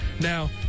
Now